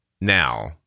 now